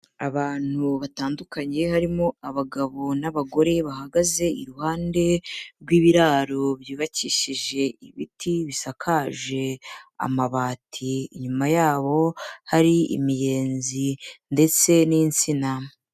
Abantu batandukanye harimo abagabo n'abagore bahagaze iruhande rw'ibiraro byubakishije ibiti, bisakaje amabati, inyuma yabo hari imiyezi ndetse n'insina.